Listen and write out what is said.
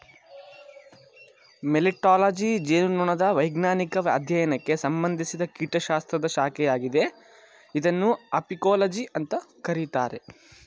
melittology ಜೇನುನೊಣದ ವೈಜ್ಞಾನಿಕ ಅಧ್ಯಯನಕ್ಕೆ ಸಂಬಂಧಿಸಿದ ಕೀಟಶಾಸ್ತ್ರದ ಶಾಖೆಯಾಗಿದೆ ಇದನ್ನು ಅಪಿಕೋಲಜಿ ಅಂತ ಕರೀತಾರೆ